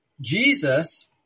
Jesus